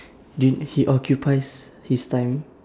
did he occupies his time